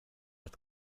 ett